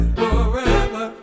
forever